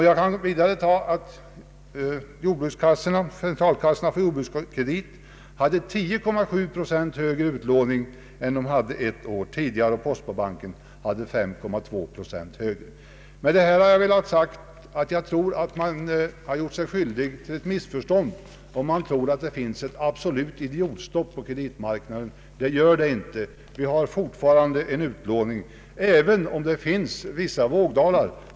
Jag kan vidare nämna att centralkassorna för jordbrukskredit hade 10,7 procents högre utlåning än året tidigare, och postbanken hade 5,2 procents högre utlåning. Med detta har jag velat säga att man har gjort sig skyldig till ett missförstånd, om man tror att det finns ett absolut idiotstopp på kreditmarknaden, ty det gör det inte. Vi har fortfarande en utlåning, även om det förekommer vissa vågdalar.